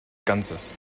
ganzes